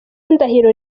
ndahiro